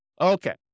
Okay